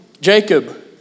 Jacob